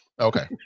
Okay